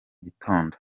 gitondo